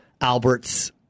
Albert's